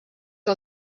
que